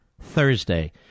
Thursday